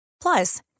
Plus